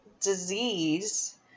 disease